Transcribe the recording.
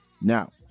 Now